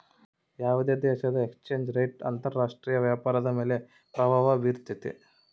ಯಾವುದೇ ದೇಶದ exchange rate ಅಂತರ ರಾಷ್ಟ್ರೀಯ ವ್ಯಾಪಾರದ ಮೇಲೆ ಪ್ರಭಾವ ಬಿರ್ತೈತೆ